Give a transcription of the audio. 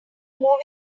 moving